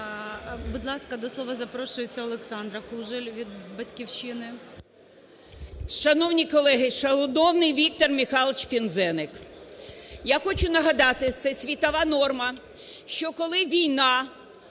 Будь ласка, до слова запрошується Олександра Кужель від "Батьківщини". 17:49:56 КУЖЕЛЬ О.В. Шановні колеги! Шановний Віктор Михайлович Пинзеник! Я хочу нагадати, це світова норма, що, коли війна